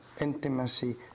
intimacy